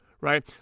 right